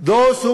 אני מבקשת לסיים,